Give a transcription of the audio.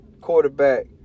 quarterback